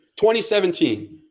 2017